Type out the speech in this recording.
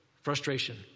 frustration